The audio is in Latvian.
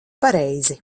pareizi